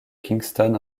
kingston